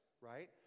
Right